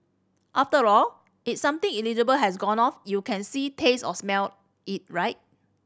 after all if something has gone off you can see taste or smell it right